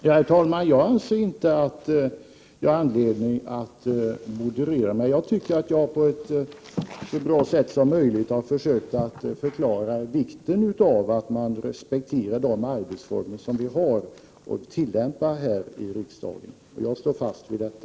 Herr talman! Jag anser att jag inte har någon anledning att moderera mig. Jag tycker att jag på ett så bra sätt som möjligt har försökt att förklara vikten av att man respekterar de arbetsformer som riksdagen har att tillämpa. Jag står fast vid detta.